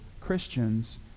Christians